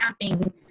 camping